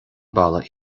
balla